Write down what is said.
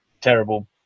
terrible